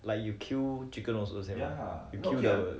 like you kill chicken also the same ya you kill the bird